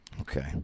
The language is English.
Okay